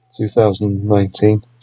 2019